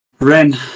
Ren